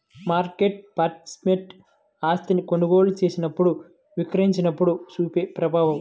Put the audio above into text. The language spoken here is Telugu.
మార్కెట్ పార్టిసిపెంట్ ఆస్తిని కొనుగోలు చేసినప్పుడు, విక్రయించినప్పుడు చూపే ప్రభావం